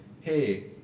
hey